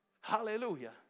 Hallelujah